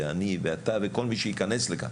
זה אני ואתה וכל מי שייכנס לכאן.